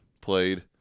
played